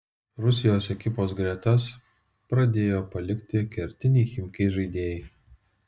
rusijos ekipos gretas pradėjo palikti kertiniai chimki žaidėjai